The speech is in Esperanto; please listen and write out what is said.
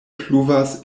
pluvas